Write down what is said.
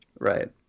right